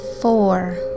four